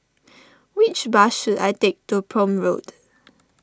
which bus should I take to Prome Road